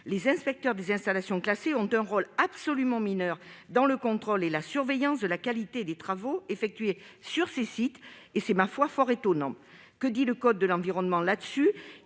Les inspecteurs des installations classées ont un rôle absolument mineur dans le contrôle et la surveillance de la qualité des travaux effectués sur ces sites. C'est, ma foi, fort étonnant. Le code de l'environnement prévoit